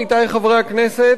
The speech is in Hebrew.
עמיתי חברי הכנסת,